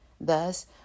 Thus